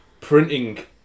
printing